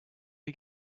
you